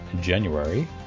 January